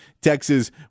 Texas